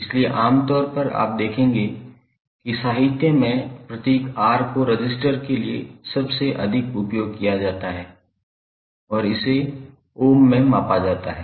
इसलिए आम तौर पर आप देखेंगे कि साहित्य में प्रतीक R को रजिस्टर के लिए सबसे अधिक उपयोग किया जाता है और इसे ओम में मापा जाता है